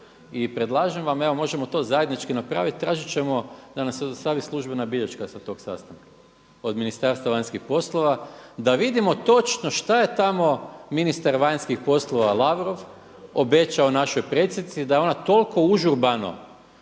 I predlažem vam, evo možemo to zajednički napraviti, tražit ćemo da nam se dostavi službena bilješka sa tog sastanka od Ministarstva vanjskih poslova da vidimo točno šta je tamo ministar vanjskih poslova Lavrov obećao našoj predsjednici da ona toliko užurbano